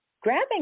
grabbing